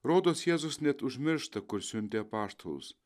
rodos jėzus net užmiršta kur siuntė apaštalus